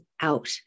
out